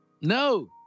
No